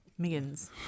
miggins